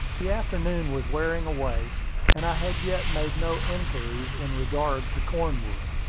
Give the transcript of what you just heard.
the afternoon was wearing away and i had yet made no inquiries in regard to cornwood.